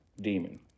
demon